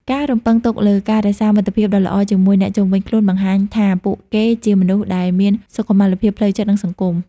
ការរំពឹងទុកលើ "ការរក្សាមិត្តភាពដ៏ល្អជាមួយអ្នកជុំវិញខ្លួន" បង្ហាញថាពួកគេជាមនុស្សដែលមានសុខុមាលភាពផ្លូវចិត្ត និងសង្គម។